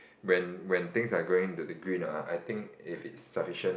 when when things are going into the green ah I think if it's sufficient